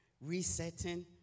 resetting